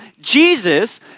Jesus